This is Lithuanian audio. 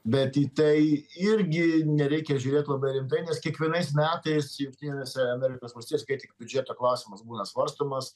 bet į tai irgi nereikia žiūrėt labai rimtai nes kiekvienais metais jungtinėse amerikos valstijose kai tik biudžeto klausimas būna svarstomas